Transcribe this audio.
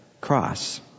cross